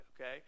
okay